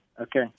Okay